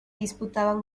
disputaban